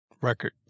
record